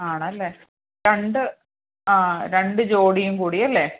ആണല്ലേ രണ്ട് ആ രണ്ട് ജോഡിയും കൂടിയല്ലേ